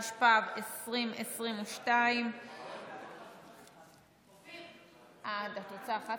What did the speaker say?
התשפ"ב 2022. את רוצה אחת-אחת?